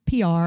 PR